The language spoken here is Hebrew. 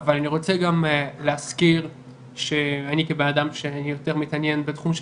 אבל אני רוצה גם להזכיר שאני כבנאדם שיותר מתעניין בתחום של